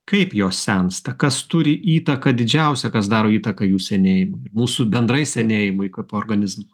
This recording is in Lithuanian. kaip jos sensta kas turi įtaką didžiausia kas daro įtaką jų senėjimui mūsų bendrai senėjimui kaip organizmo